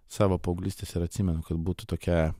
savo paauglystės ir atsimenu kad būtų tokia